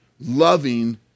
loving